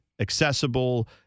accessible